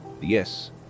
Yes